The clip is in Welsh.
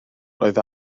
roedd